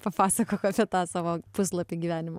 papasakok apie tą savo puslapį gyvenimo